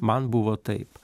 man buvo taip